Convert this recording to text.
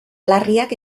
larriak